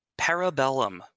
Parabellum